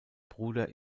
bruder